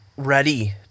Ready